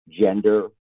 gender